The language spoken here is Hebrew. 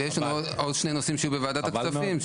יש לנו עוד שני נושאים שבוועדת הכספים.